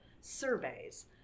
surveys